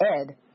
Ed